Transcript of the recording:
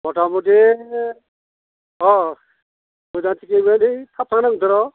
मथा मुथि अह मोजां थिगैनो ओरै थाब थांनांगोनथ' र'